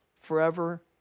forever